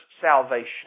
salvation